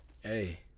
hey